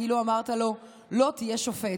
כאילו אמרת לו: 'לא תהיה שופט'.